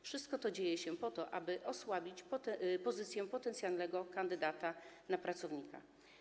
Wszystko to dzieje się po to, aby osłabić pozycję potencjalnego kandydata na pracownika.